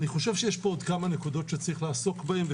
אני חושב שיש פה עוד כמה נקודות שיש לעסוק בהן,